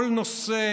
כל נושא